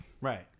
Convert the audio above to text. Right